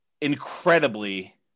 incredibly